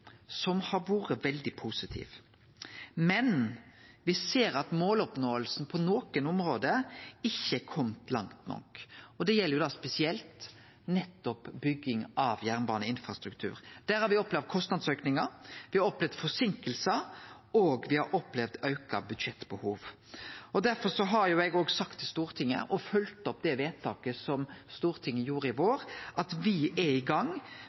som har vore veldig positiv. Men me ser at når det gjeld å nå måla, har me på nokre område ikkje kome langt nok. Det gjeld spesielt nettopp bygging av jernbaneinfrastruktur. Der har me opplevd kostnadsaukar, me har opplevd forseinkingar, og me har opplevd auka budsjettbehov. Difor har eg sagt til Stortinget – me har følgt opp det vedtaket som Stortinget gjorde i vår – at me er i gang